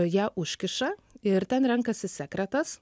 ją užkiša ir ten renkasi sekretas